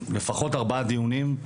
לפחות ארבעה דיונים,